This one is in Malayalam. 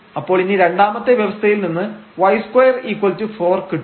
അപ്പോൾ ഇനി രണ്ടാമത്തെ വ്യവസ്ഥയിൽ നിന്ന് y24 കിട്ടും